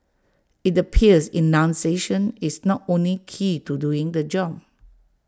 IT appears enunciation is not only key to doing the job